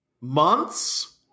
Months